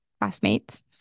classmates